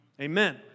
Amen